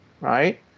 right